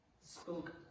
spoke